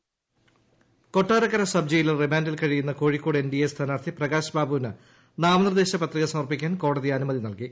പ്രകാശ് ബാബു കൊട്ടാരക്കര സബ്ജയിലിൽ റിമാൻഡിൽ കഴിയുന്ന കോഴിക്കോട് എൻ ഡി എ സ്ഥാനാർത്ഥി പ്രകാശ്ബാബുവിന് നാമനിർദ്ദേശ പത്രിക സമർപ്പിക്കാൻ കോടതി അനുമതി നല്കി